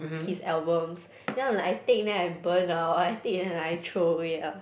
his albums now I'm like I take then I burn now I take then I throw away ah